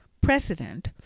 precedent